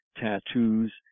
tattoos